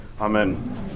Amen